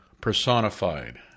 personified